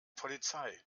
polizei